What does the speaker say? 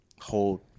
hold